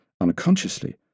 unconsciously